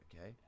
okay